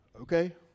Okay